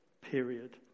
period